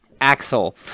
Axel